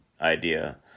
idea